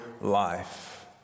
life